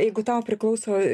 jeigu tau priklauso